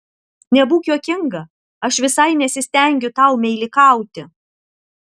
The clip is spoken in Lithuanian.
nebūk juokinga aš visai nesistengiu tau meilikauti